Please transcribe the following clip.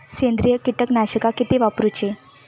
सेंद्रिय कीटकनाशका किती वापरूची?